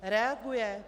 Reaguje?